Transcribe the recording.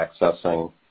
accessing